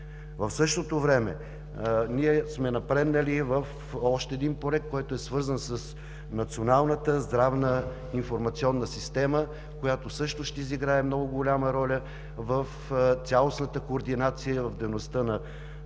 В същото време ние сме напреднали в още един проект, свързан с националната здравна информационна система, която също ще изиграе много голяма роля в цялостната координация в медицинската